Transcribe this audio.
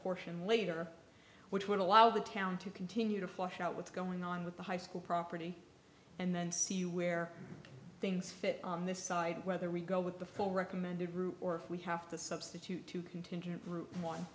portion later which would allow the town to continue to flush out what's going on with the high school property and then see where things fit on this side whether we go with the full recommended route or if we have to substitute two contingent group one